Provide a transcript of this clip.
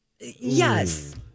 Yes